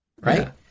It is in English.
right